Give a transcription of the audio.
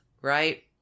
right